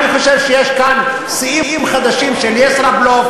אני חושב שיש כאן שיאים חדשים של ישראבלוף.